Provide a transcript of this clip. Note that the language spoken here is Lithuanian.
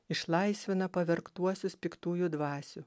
išlaisvina pavergtuosius piktųjų dvasių